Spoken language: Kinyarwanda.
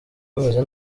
rumeze